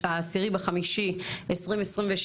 ה-10.05.2023.